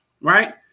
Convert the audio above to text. Right